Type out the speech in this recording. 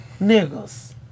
Niggas